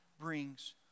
brings